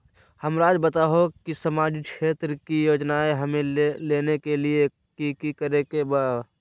हमराज़ बताओ कि सामाजिक क्षेत्र की योजनाएं हमें लेने के लिए कि कि करे के बा?